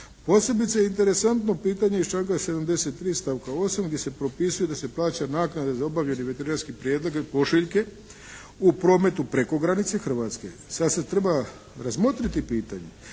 Posebice je interesantno pitanje iz članka 73. stavka 8. gdje se propisuje da se plaća naknada za obavljanje veterinarski pregled ili pošiljke u prometu preko granice Hrvatske. Sada se treba razmotriti pitanje,